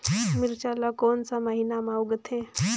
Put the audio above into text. मिरचा ला कोन सा महीन मां उगथे?